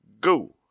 Go